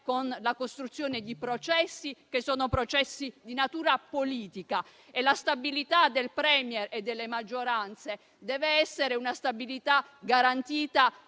con la costruzione di processi che sono di natura politica e la stabilità del *Premier* e delle maggioranze deve essere una stabilità garantita